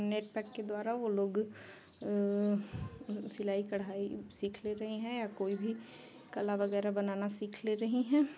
net pack के द्वारा वो लोग सिलाई कढ़ाई सीख ले रही हैं या कोई भी कला वगैरह बनाना सीख ले रही हैं